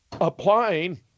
applying